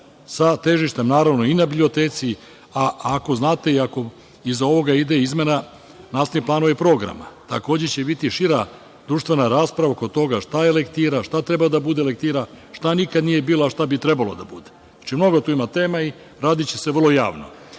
sa težištem i na biblioteci, a ako znate, iza ovoga ide izmena nastanih planova i programa. Takođe će biti šira društvena rasprava oko toga šta je lektira, šta treba da bude lektira, šta nikada nije bila, a šta bi trebala da bude. Znači, mnogo tu ima tema i radiće se vrlo javno.